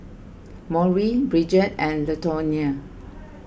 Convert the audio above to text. Maury Bridgett and Latonya